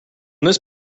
this